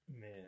Man